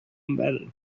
embedded